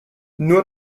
nur